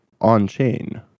on-chain